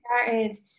started